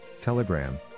Telegram